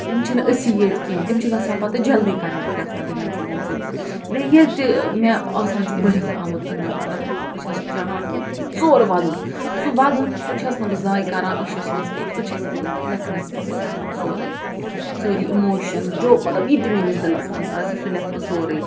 یِم چھِںہٕ ٲسی یٲتۍ کیٚنٛہہ تِم چھِ گَژھان پتہٕ جلدی کنٮ۪کٹ گَژھان تِمن چیٖزن سۭتۍ بیٚیہِ ییٚلہِ تہِ مےٚ آسان چھُ بٔرِتھ آمُت أنٛدٕر مطلب بہٕ چھس چاہان زورٕ وَدُن سُہ ودُن سُہ چھَس نہٕ بہٕ زایہِ کَران اوٚشِس منٛز کیٚنٛہہ سُہ چھَس بہٕ لٮ۪کھنس منٛز ترٛاوان سورٕے سٲری اِموشنٕز جو مطلب یہِ تہِ میٛٲنِس دِلس منٛز آسہِ سُہ لٮ۪کھٕ بہٕ سورٕے